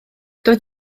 doedd